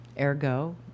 ergo